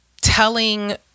telling